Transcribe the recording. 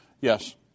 Yes